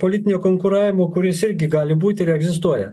politinio konkuravimo kuris irgi gali būti ir egzistuoja